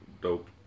dope